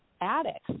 addicts